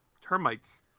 Termites